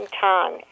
time